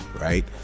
right